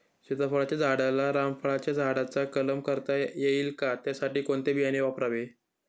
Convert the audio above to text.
सीताफळाच्या झाडाला रामफळाच्या झाडाचा कलम करता येईल का, त्यासाठी कोणते बियाणे वापरावे?